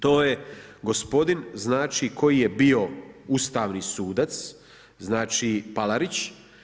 To je gospodin znači koji je bio ustavni sudac, znači Palarić.